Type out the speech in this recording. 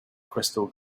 crystal